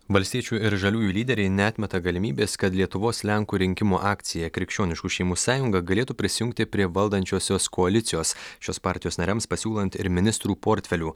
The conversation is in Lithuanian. valstiečių ir žaliųjų lyderiai neatmeta galimybės kad lietuvos lenkų rinkimų akcija krikščioniškų šeimų sąjunga galėtų prisijungti prie valdančiosios koalicijos šios partijos nariams pasiūlant ir ministrų portfelių